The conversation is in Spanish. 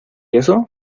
eso